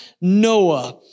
Noah